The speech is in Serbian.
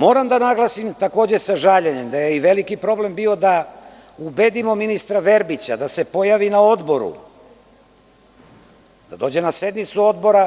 Moram da naglasim, takođe sa žaljenjem, da je i veliki problem bio da ubedimo ministra Verbića da se pojavi na Odboru, da dođe na sednicu Odbora